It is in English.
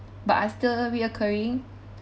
but are still reoccurring